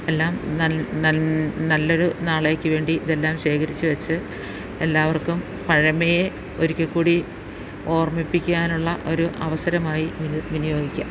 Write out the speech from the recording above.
എല്ലാം നല്ലൊരു നാളേക്ക് വേണ്ടി ഇതെല്ലാം ശേഖരിച്ച് വെച്ച് എല്ലാവർക്കും പഴമയെ ഒരിക്കൽ കൂടി ഓർമ്മിപ്പിക്കാൻ ഉള്ള ഒരു അവസരമായി ഇത് വിനിയോഗിക്കാം